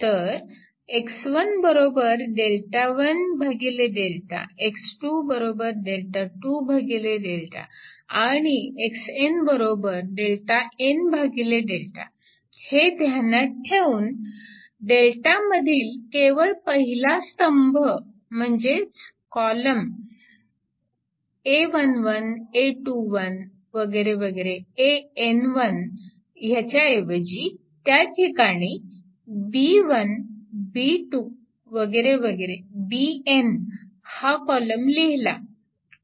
तर आणि हे ध्यानात ठेवून Δ मधील केवळ पहिला स्तंभ म्हणजेच कॉलम च्या ऐवजी त्या ठिकाणी हा कॉलम लिहिला